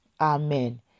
Amen